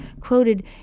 quoted